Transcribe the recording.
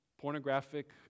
pornographic